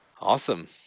Awesome